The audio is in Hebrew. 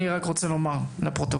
אני רק רוצה לומר לפרוטוקול,